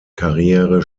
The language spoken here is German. karriere